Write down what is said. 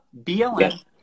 BLM